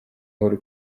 uhuru